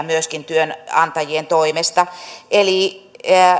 myöskin työnantajien toimesta